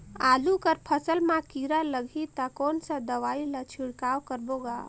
आलू कर फसल मा कीरा लगही ता कौन सा दवाई ला छिड़काव करबो गा?